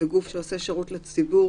וגוף שעושה שירות לציבור,